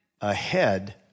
ahead